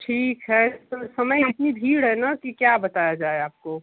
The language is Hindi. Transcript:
ठीक है इस समय इतनी भीड़ है ना कि क्या बताया जाए आपको